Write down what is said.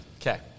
Okay